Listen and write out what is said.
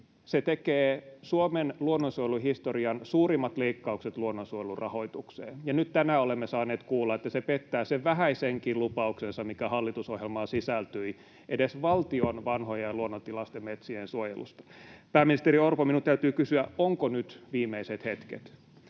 Se tekee Suomen luonnonsuojelun historian suurimmat leikkaukset luonnonsuojelun rahoitukseen, ja nyt tänään olemme saaneet kuulla, että se pettää sen vähäisenkin lupauksensa, mikä hallitusohjelmaan sisältyi edes valtion vanhojen luonnontilaisten metsien suojelusta. Pääministeri Orpo, minun täytyy kysyä: onko nyt viimeiset hetket?